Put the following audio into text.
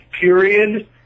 period